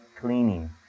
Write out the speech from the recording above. cleaning